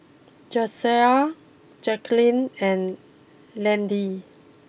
Jasiah Jaquelin and Landyn